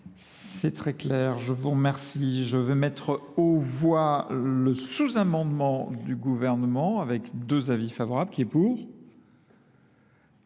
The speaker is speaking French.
C'est très clair. Je vous remercie. Je veux mettre au voie le sous-amendement du gouvernement avec deux avis favorables qui est pour ?